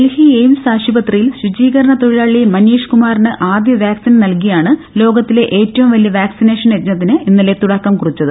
Delhi AIIMS ആശുപത്രിയിൽ ശൂചീകരണ തൊഴിലാളി മനീഷ് കുമാറിന് ആദ്യ വാക്സിൻ നൽകിയാണ് ലോകത്തിലെ ഏറ്റവും വലിയ വാക്സിനേഷൻ യജ്ഞത്തിന് ഇന്നലെ തുടക്കം കുറിച്ചത്